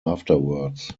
afterwards